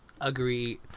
Agreed